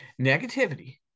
Negativity